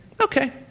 Okay